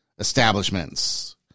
establishments